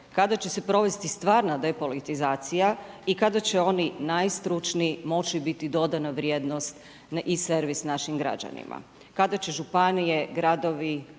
kada će se provesti stvarna depolitizacija i kada će oni, najstručniji moći biti dodana vrijednost i servis našim građanima. Kada će županije, gradovi,